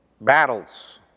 battles